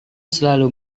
selalu